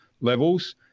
levels